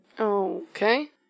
Okay